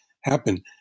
happen